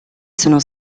sono